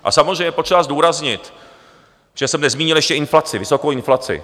A samozřejmě je potřeba zdůraznit, že jsem nezmínil ještě inflaci, vysokou inflaci.